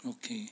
okay